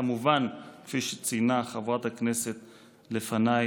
כמובן, כפי שציינה חברת הכנסת לפניי,